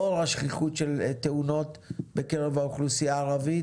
לאור השכיחות של תאונות בקרב האוכלוסייה הערבית